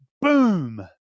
boom